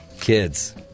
Kids